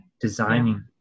designing